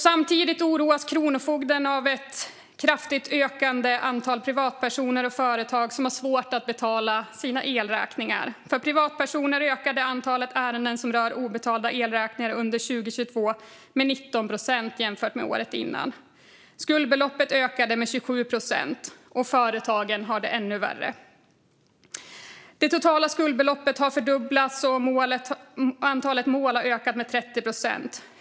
Samtidigt oroas Kronofogden av ett kraftigt ökande antal privatpersoner och företag som har svårt att betala sina elräkningar. För privatpersoner ökade antalet ärenden som rör obetalda elräkningar under 2022 med 19 procent jämfört med året innan. Skuldbeloppet ökade med 27 procent. Företagen har det ännu värre. Det totala skuldbeloppet har fördubblats, och antalet mål har ökat med 30 procent.